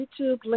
YouTube